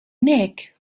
nick